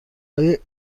های